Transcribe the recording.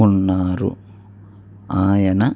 ఉన్నారు ఆయన